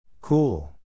Cool